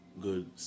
good